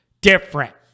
different